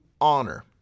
honor